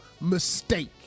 mistake